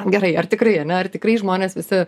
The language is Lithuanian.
gerai ar tikrai ane ar tikrai žmonės visi